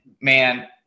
man –